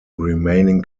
remaining